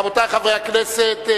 רבותי חברי הכנסת,